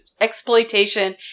exploitation